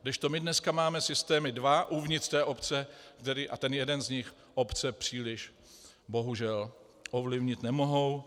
Kdežto my dneska máme systémy dva uvnitř té obce a ten jeden z nich obce příliš, bohužel, ovlivnit nemohou.